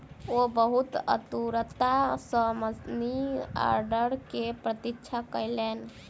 ओ बहुत आतुरता सॅ मनी आर्डर के प्रतीक्षा कयलैन